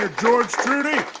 ah george trudy